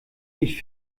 ich